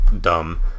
dumb